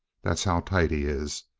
that's how tight he is.